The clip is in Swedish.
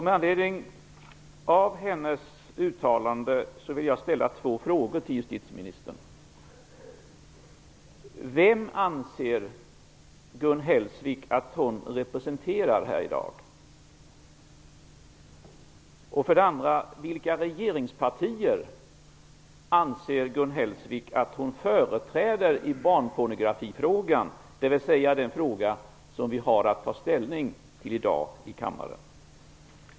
Med anledning av hennes uttalande vill jag ställa två frågor till justitieministern. Vem anser Gun Hellsvik att hon representerar i dag? Vilka regeringspartier anser Gun Hellsvik att hon företräder i barnpornografifrågan, dvs. den fråga som vi har att ta ställning till i dag i kammaren?